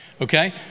Okay